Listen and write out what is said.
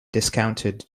discounted